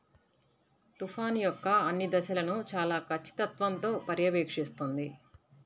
తుఫాను యొక్క అన్ని దశలను చాలా ఖచ్చితత్వంతో పర్యవేక్షిస్తుంది